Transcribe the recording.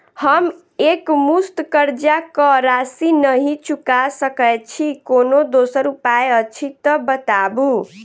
हम एकमुस्त कर्जा कऽ राशि नहि चुका सकय छी, कोनो दोसर उपाय अछि तऽ बताबु?